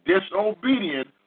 disobedient